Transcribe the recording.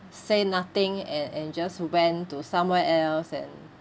say nothing and and just went to somewhere else and